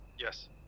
yes